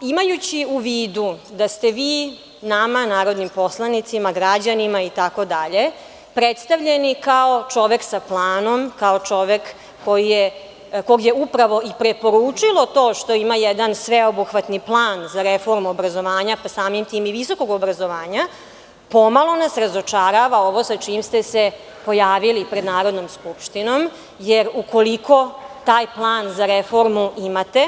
Imajući u vidu da ste vi nama, narodnim poslanicima, građanima itd, predstavljeni kao čovek sa planom, kao čovek koga je upravo i preporučilo to što ima jedan sveobuhvatni plan za reformu obrazovanja, pa samim tim i visokog obrazovanja, pomalo nas razočarava ovo sa čime ste se pojavili pred Narodnom skupštinom, jer ukoliko taj plan za reformu imate,